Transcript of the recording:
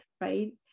right